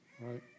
right